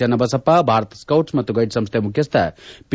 ಚನ್ನಬಸಪ್ಪ ಭಾರತ ಸೌಚ್ಲ್ ಮತ್ತು ಗೈಡ್ಲ್ ಸಂಸ್ಥೆ ಮುಖ್ಯಸ್ಥ ಪಿ